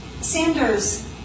Sanders